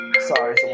sorry